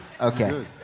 Okay